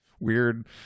weird